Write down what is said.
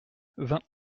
vingt